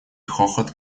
хохот